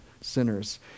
sinners